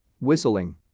whistling